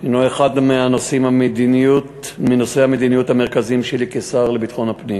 אחד מנושאי המדיניות המרכזיים שלי כשר לביטחון הפנים